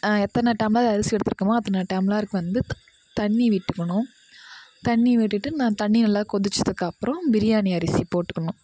எத்தனை டம்ளர் அரிசி எடுத்துருக்கோமோ அத்தனை டம்ளருக்கு வந்து தண்ணி விட்டுக்கணும் தண்ணி விட்டுவிட்டு நான் தண்ணி நல்லா கொதிச்சதுக்கப்புறோம் பிரியாணி அரிசி போட்டுக்கணும்